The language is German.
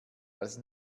als